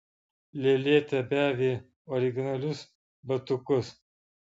lėlė tebeavi originalius batukus